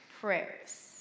prayers